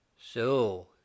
So